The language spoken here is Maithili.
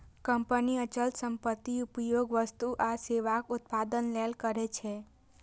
कंपनी अचल संपत्तिक उपयोग वस्तु आ सेवाक उत्पादन लेल करै छै